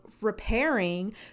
repairing